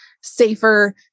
safer